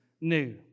new